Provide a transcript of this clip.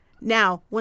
Now